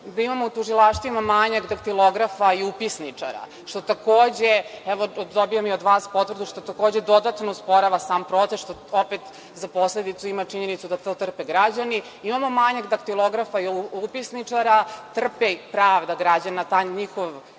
da imamo u tužilaštvima manjak daktilografa i upisničara, problem je što to takođe dodatno usporava proces, što opet za posledicu ima činjenicu da to trpe građani. Imamo manjak daktilografa i upisničara, trpi pravda građana, taj njihov